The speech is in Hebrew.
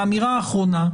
והאמירה האחרונה,